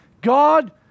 God